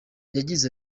yagize